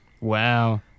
Wow